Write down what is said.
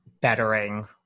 bettering